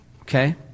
Okay